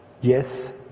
yes